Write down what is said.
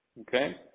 Okay